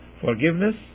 forgiveness